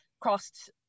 crossed